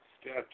steps